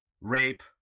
rape